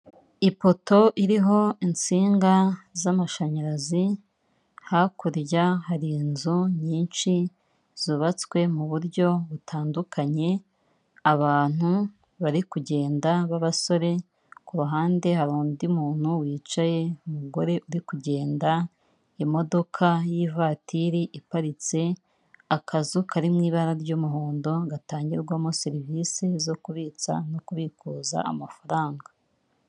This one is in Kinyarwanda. Ipoto iriho insinga z'amashanyarazi, hakurya hari inzu nyinshi zubatswe mu buryo butandukanye, abantu bari kugenda b'abasore, ku ruhande hari undi muntu wicaye, umugore uri kugenda, imodoka y'ivatiri iparitse, akazu kari mu ibara ry'umuhondo gatangirwamo serivisi zo kubitsa no kubikuza amafaranga.